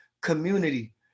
community